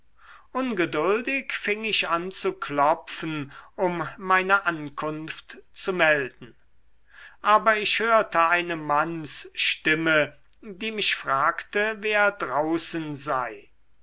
ungeduldig fing ich an zu klopfen um meine ankunft zu melden aber ich hörte eine mannsstimme die mich fragte wer draußen sei